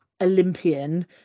Olympian